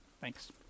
Thanks